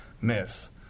miss